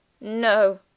No